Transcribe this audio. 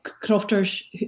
crofters